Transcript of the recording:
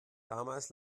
damals